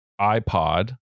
iPod